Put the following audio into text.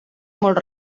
molt